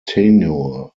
tenure